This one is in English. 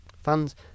funds